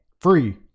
free